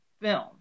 film